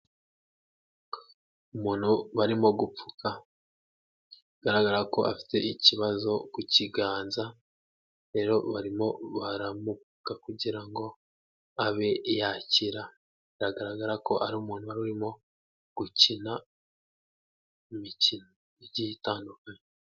Umuntu barimo gupfuka bigaragara ko afite ikibazo ku kiganza, rero barimo baramupfuka kugira ngo abe yakira, bigaragara ko ari umuntu wari urimo gukina imikino igiye itandukanye.